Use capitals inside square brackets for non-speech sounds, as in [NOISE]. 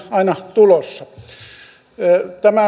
aina tulossa tämä [UNINTELLIGIBLE]